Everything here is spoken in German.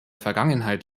vergangenheit